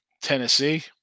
Tennessee